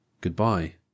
Goodbye